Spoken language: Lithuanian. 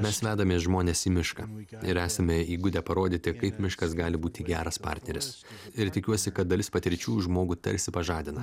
mes vedamės žmones į mišką ir esame įgudę parodyti kaip miškas gali būti geras partneris ir tikiuosi kad dalis patirčių žmogų tarsi pažadina